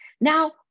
Now